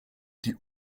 die